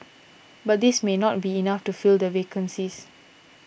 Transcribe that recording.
but this may not be enough to fill the vacancies